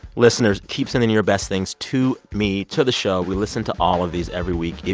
listeners, keep sending your best things to me to the show. we listen to all of these every week,